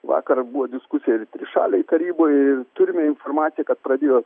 vakar buvo diskusija ir trišalėj taryboj turime informaciją kad pradėjo